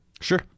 sure